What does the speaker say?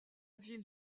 ville